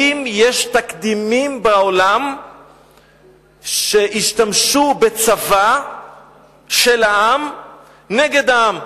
אם יש תקדימים בעולם לכך שהשתמשו בצבא של העם נגד העם.